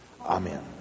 Amen